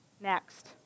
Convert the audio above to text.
next